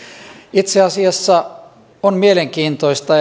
itse asiassa on mielenkiintoista